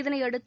இதனையடுத்து